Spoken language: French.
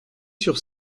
sur